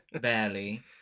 barely